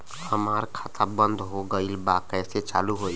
हमार खाता बंद हो गईल बा कैसे चालू होई?